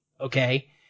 Okay